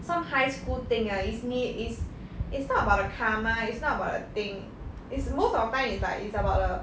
some high school thing ah is me is it's not about the karma it's not about the thing it's most of the time is like it's about the